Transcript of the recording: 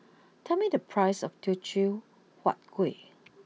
tell me the prices of Teochew Huat Kuih